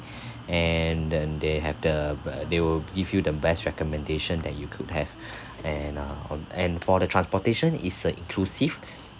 and then they have the uh they will give you the best recommendation that you could have and ah on and for the transportation is uh inclusive